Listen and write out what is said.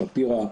שפירא.